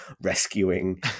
rescuing